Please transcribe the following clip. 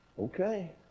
Okay